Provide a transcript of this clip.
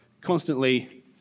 constantly